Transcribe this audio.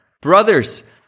Brothers